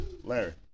Larry